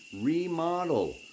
Remodel